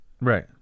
Right